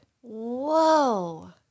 Whoa